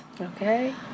Okay